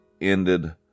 ended